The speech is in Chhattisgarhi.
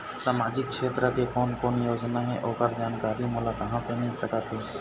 सामाजिक क्षेत्र के कोन कोन योजना हे ओकर जानकारी मोला कहा ले मिल सका थे?